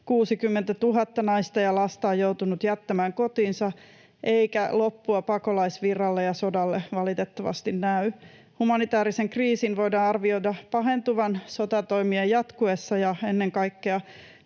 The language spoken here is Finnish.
660 000 — naista ja lasta on joutunut jättämään kotinsa, eikä loppua pakolaisvirralle ja sodalle valitettavasti näy. Humanitäärisen kriisin voidaan arvioida pahentuvan sotatoimien jatkuessa, ja ennen kaikkea